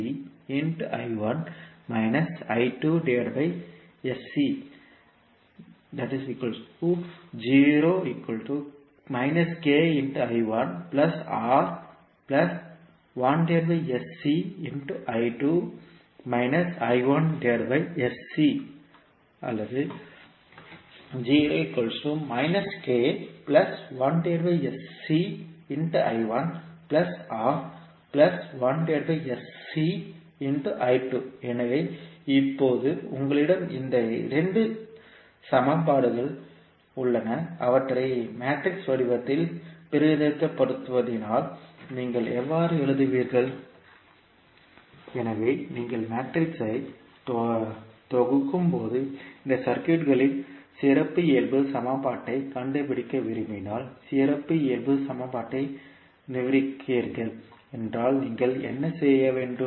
எனவே இப்போது உங்களிடம் இந்த 2 சமன்பாடுகள் உள்ளன அவற்றை மேட்ரிக்ஸ் வடிவத்தில் பிரதிநிதித்துவப்படுத்தினால் நீங்கள் எவ்வாறு எழுதுவீர்கள் எனவே நீங்கள் மேட்ரிக்ஸை தொகுக்கும்போது இந்த சர்க்யூட்களின் சிறப்பியல்பு சமன்பாட்டைக் கண்டுபிடிக்க விரும்பினால் சிறப்பியல்பு சமன்பாட்டை நிர்வகிக்கிறீர்கள் என்றால் நீங்கள் என்ன செய்ய வேண்டும்